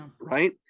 right